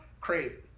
crazy